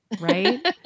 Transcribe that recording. Right